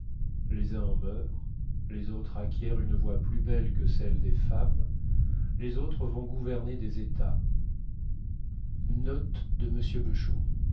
les uns en meurent les autres acquièrent une voix plus belle que celle des femmes les autres vont gouverner des états